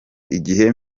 igihe